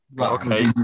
Okay